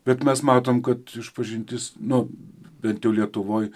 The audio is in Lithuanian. bet mes matom kad išpažintis nu bent jau lietuvoj